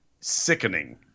sickening